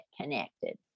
connected